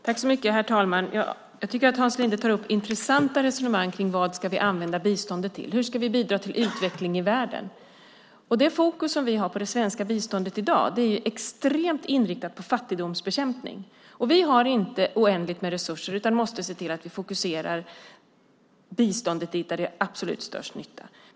Herr talman! Jag tycker att Hans Linde tar upp intressanta resonemang om vad vi ska använda biståndet till. Hur ska vi bidra till utveckling i världen? Det fokus som vi har i det svenska biståndet i dag är extremt inriktat på fattigdomsbekämpning. Vi har inte oändliga resurser, utan vi måste ge biståndet dit där det gör allra störst nytta.